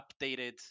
updated